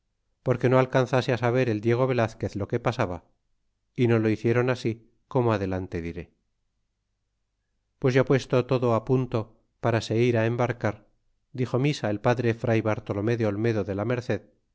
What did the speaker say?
porque no alcanzase saber el diego velazquez lo que pasaba y no lo hicieron ast como adelante diré pues ya puesto todo punto para se ir á embarcar dixo misa el padre fray bartolome de olmedo de la merced